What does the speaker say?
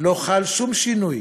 לא חל שום שינוי